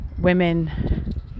women